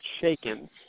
shaken